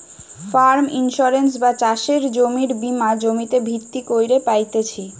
farm insurance বা চাষের জমির বীমা জমিতে ভিত্তি কইরে পাইতেছি